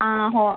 ആ ഹോ